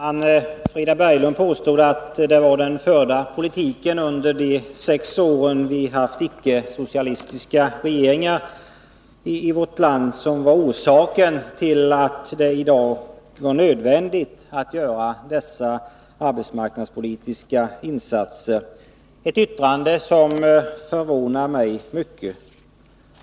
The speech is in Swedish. Herr talman! Frida Berglund påstod att det var den politik som fördes under de sex år då vi haft icke-socialistiska regeringar i vårt land som var orsaken till att det i dag är nödvändigt att göra de arbetsmarknadspolitiska insatser som nu diskuteras. Det är ett yttrande som förvånar mig mycket.